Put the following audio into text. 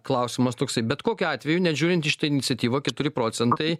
klausimas toksai bet kokiu atveju net žiūrint į šitą iniciatyvą keturi procentai